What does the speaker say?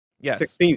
Yes